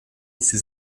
ses